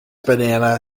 banana